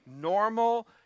normal